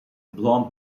blonde